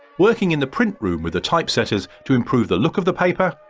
working in the print room with the type setters to improve the look of the paper,